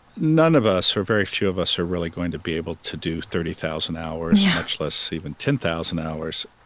none of us, or very few of us, are really going to be able to do thirty thousand hours, much less even ten thousand hours.